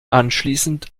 anschließend